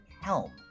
Helm